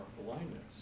blindness